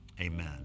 Amen